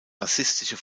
rassistische